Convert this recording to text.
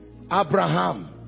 Abraham